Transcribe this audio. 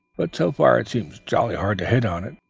but so far it seems jolly hard to hit on it.